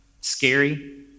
scary